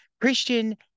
Christian